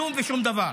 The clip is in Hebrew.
כלום ושום דבר.